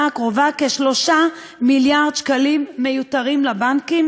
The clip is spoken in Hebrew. הקרובה כ-3 מיליארד שקלים מיותרים לבנקים?